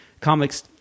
comics